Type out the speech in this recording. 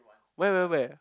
where where where